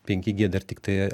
penki gie dar tiktai